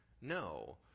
no